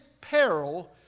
peril